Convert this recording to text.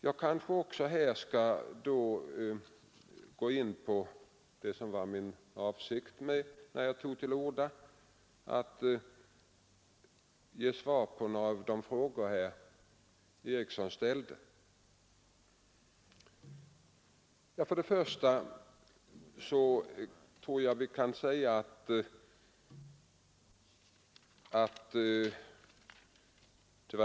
Jag skall också — som min avsikt var när jag tog till orda — besvara några av de frågor herr Eriksson i Arvika ställde.